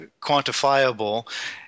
quantifiable